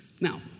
Now